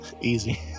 easy